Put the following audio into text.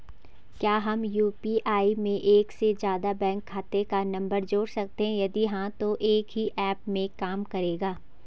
क्या हम यु.पी.आई में एक से ज़्यादा बैंक खाते का नम्बर जोड़ सकते हैं यदि हाँ तो एक ही ऐप में काम करेगा?